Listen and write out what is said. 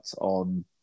on